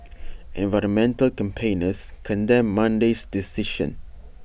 environmental campaigners condemned Monday's decision